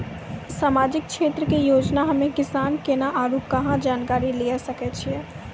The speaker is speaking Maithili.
समाजिक क्षेत्र के योजना हम्मे किसान केना आरू कहाँ जानकारी लिये सकय छियै?